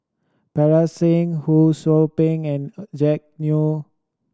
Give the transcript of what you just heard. Parga Singh Ho Sou Ping and Jack Neo